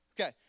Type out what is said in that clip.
okay